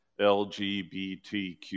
LGBTQ